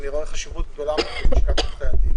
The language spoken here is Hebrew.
ורואה חשיבות גדולה בלשכת עורכי הדין